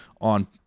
on